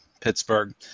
Pittsburgh